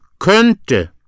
könnte